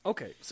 Okay